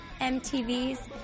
MTV's